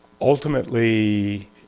Ultimately